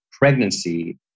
pregnancy